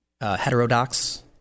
Heterodox